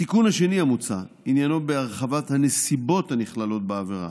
התיקון השני המוצע עניינו בהרחבת הנסיבות הנכללות בעבירה